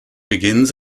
begins